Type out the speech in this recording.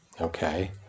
okay